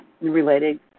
related